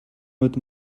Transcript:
өөд